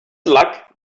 luck